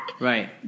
Right